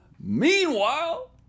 Meanwhile